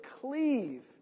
cleave